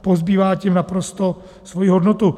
Pozbývá tím naprosto svoji hodnotu.